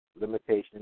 limitations